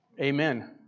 Amen